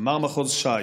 ימ"ר מחוז ש"י,